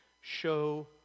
show